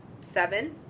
Seven